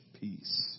peace